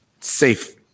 safe